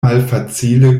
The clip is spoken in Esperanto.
malfacile